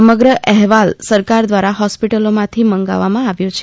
સમગ્ર અહેવાલ સરકાર દ્વારા હોસ્પિટલોમાંથી મંગાવવામાં આવ્યો છે